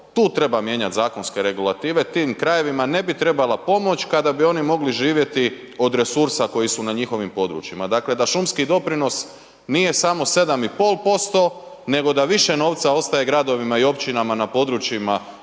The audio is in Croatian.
tu treba mijenjati zakonske regulative, tim krajevima ne bi trebala pomoć kada bi oni mogli živjeti od resursa koji su na njihovim područjima. Dakle, da šumski doprinos nije samo 7,5% nego da više novca ostaje gradovima i općinama na područjima